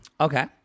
Okay